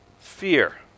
Fear